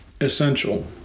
essential